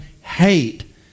hate